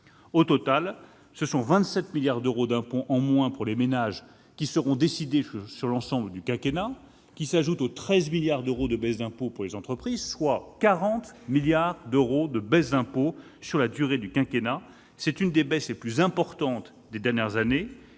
Au total, ce sont 27 milliards d'euros d'impôts en moins pour les ménages sur l'ensemble du quinquennat, lesquels s'ajoutent aux 13 milliards d'euros de baisses d'impôts pour les entreprises, soit 40 milliards d'euros de diminutions d'impôts sur la durée du quinquennat. C'est l'une des baisses les plus importantes des dernières années,